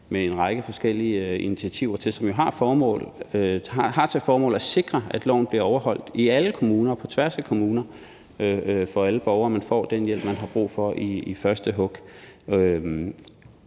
med en række forskellige initiativer, som har til formål at sikre, at loven bliver overholdt i alle kommuner, på tværs af kommuner, så alle borgere får den hjælp, de har brug for, i første hug.